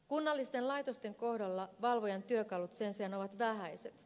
kunnallisten laitosten kohdalla valvojan työkalut sen sijaan ovat vähäiset